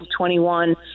21